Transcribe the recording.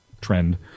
trend